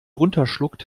runterschluckt